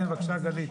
כן, בבקשה, גלית.